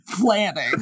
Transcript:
planning